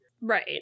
right